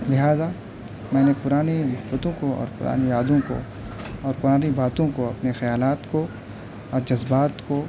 لہٰذا میں نے پرانی دقتوں کو اور پرانی یادوں کو اور پرانی باتوں کو اپنے خیالات کو اور جذبات کو